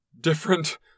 different